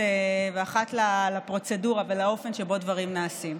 ואחת לפרוצדורה ולאופן שבו הדברים נעשים.